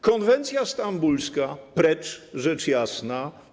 Konwencja stambulska - precz, rzecz jasna.